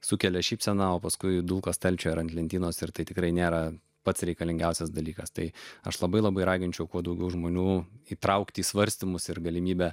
sukelia šypseną o paskui dulka stalčiuje ar ant lentynos ir tai tikrai nėra pats reikalingiausias dalykas tai aš labai labai raginčiau kuo daugiau žmonių įtraukti į svarstymus ir galimybę